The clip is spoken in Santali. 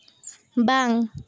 ᱵᱟᱝ